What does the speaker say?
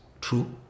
true